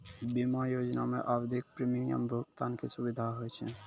बीमा योजना मे आवधिक प्रीमियम भुगतान के सुविधा होय छै